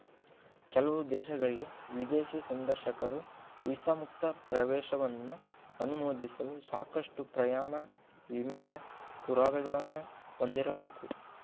ಕೆಲವು ದೇಶಗಳ್ಗೆ ವಿದೇಶಿ ಸಂದರ್ಶಕರು ವೀಸಾ ಮುಕ್ತ ಪ್ರವೇಶವನ್ನ ಅನುಮೋದಿಸಲು ಸಾಕಷ್ಟು ಪ್ರಯಾಣ ವಿಮೆಯ ಪುರಾವೆಗಳನ್ನ ಹೊಂದಿರಬೇಕು